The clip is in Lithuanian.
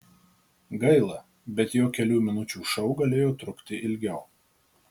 gaila bet jo kelių minučių šou galėjo trukti ilgiau